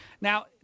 Now